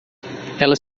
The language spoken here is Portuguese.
ela